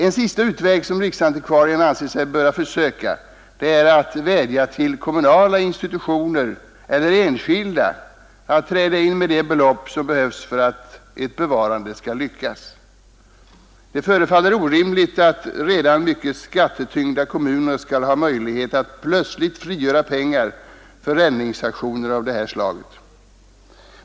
En sista utväg, som riksantikvarien anser sig böra försöka, är att vädja till kommunala institutioner eller enskilda att träda in med de belopp som behövs för att ett bevarande skall lyckas. Det förefaller orimligt att redan mycket skattetyngda kommuner plötsligt skulle ha möjlighet att frigöra pengar för räddningsaktioner av detta slag.